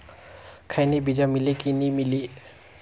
खैनी बिजा मिले कि नी मिले?